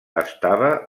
estava